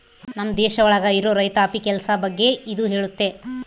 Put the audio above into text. ನಮ್ ದೇಶ ಒಳಗ ಇರೋ ರೈತಾಪಿ ಕೆಲ್ಸ ಬಗ್ಗೆ ಇದು ಹೇಳುತ್ತೆ